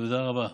תודה רבה.